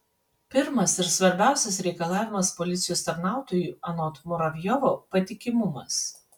pirmas ir svarbiausias reikalavimas policijos tarnautojui anot muravjovo patikimumas